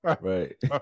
Right